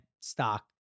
stock